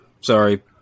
Sorry